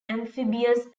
amphibious